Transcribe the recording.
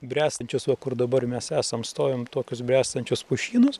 bręstančius va kur dabar mes esam stovim tokius bręstančius pušynus